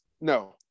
No